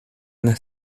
las